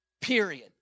Period